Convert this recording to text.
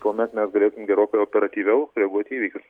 tuomet mes galėtum gerokai operatyviau sureaguoti į įvykius